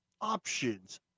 options